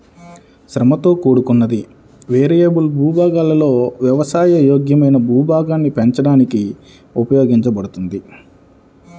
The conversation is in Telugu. శ్రమతో కూడుకున్నది, వేరియబుల్ భూభాగాలలో వ్యవసాయ యోగ్యమైన భూభాగాన్ని పెంచడానికి ఉపయోగించబడింది